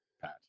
Pat